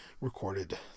recorded